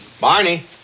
Barney